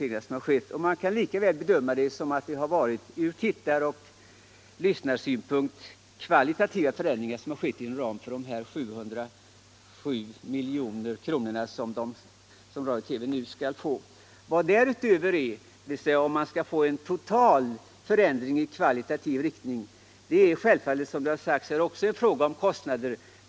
Beroende på egna värderingar kan man således lika väl bedöma det så att det är en från tittar och lyssnarsynpunkt kvalitativt positiv förändring som sker inom ramen för de 707 miljoner som Sveriges Radio nu skall få. Vad därutöver är, dvs. om man skall få en total förändring både kvalitativt och kvantitativt, är självfallet — som har sagts här — också en fråga om kostnader.